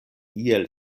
iel